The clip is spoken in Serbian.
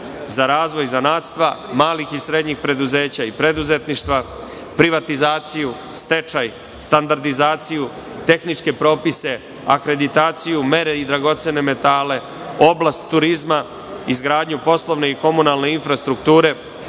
za razvoj zanatstva, malih i srednjih preduzeća, i preduzetništva, i privatizaciju, stečaj standardizaciju, tehničke propise, akreditaciju, mere i dragocene metale, oblast turizma, izgradnju komunalne i poslovne infrastrukture,